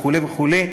וכו' וכו',